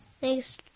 Thanks